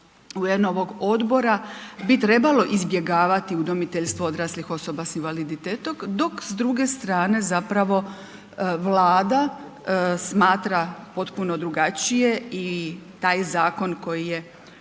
UN odbora bi trebalo izbjegavati udomiteljstvo odraslih osoba sa invaliditetom, dok s druge strane zapravo Vlada smatra potpuno drugačije i taj zakon koji je